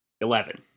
Eleven